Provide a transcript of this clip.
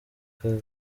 aka